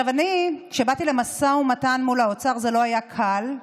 כשאני באתי למשא ומתן מול האוצר, זה לא היה קל.